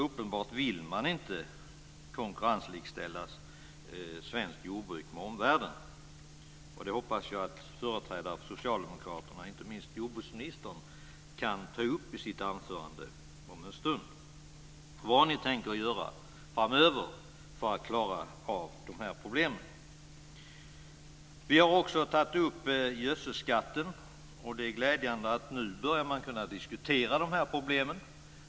Uppenbarligen vill man inte konkurrenslikställa svenskt jordbruk med omvärldens. Jag hoppas att socialdemokraterna, inte minst jordbruksministern här om en stund i sitt anförande, säger vad ni tänker göra framöver för att klara de här problemen. Vi har också tagit upp frågan om gödselskatten. Det är glädjande att man nu börjar kunna diskutera de här problemen.